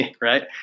right